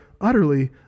utterly